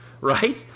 Right